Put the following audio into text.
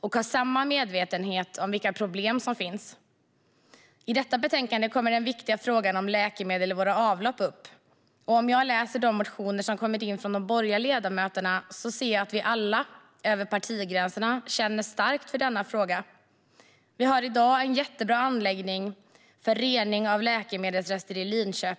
och har samma medvetenhet om vilka problem som finns. I betänkandet kommer den viktiga frågan om läkemedel i våra avlopp upp. När jag läser de motioner som kommit in från de borgerliga ledamöterna ser jag att vi alla, över partigränserna, känner starkt för denna fråga. Det finns i dag en jättebra anläggning i Linköping för rening av läkemedelsrester.